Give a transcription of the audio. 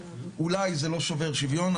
אולי זה לא שובר שוויון.